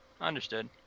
Understood